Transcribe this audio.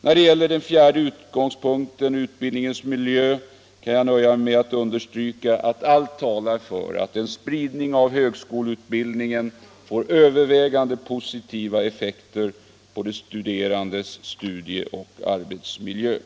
När det gäller den fjärde utgångspunkten, utbildningens miljö, kan jag nöja mig med att understryka att allt talar för att en spridning av högskoleutbildningen får övervägande positiva effekter på de studerandes studieoch arbetsmiljö.